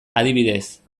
adibidez